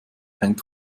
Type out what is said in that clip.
hängt